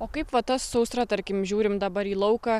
o kaip va ta sausra tarkim žiūrim dabar į lauką